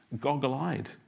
goggle-eyed